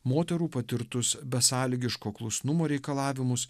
moterų patirtus besąlygiško klusnumo reikalavimus